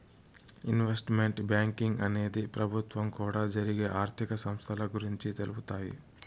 investment banking అనేది ప్రభుత్వం కూడా జరిగే ఆర్థిక సంస్థల గురించి తెలుపుతాయి